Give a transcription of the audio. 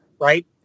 Right